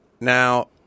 Now